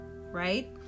right